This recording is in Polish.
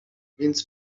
więc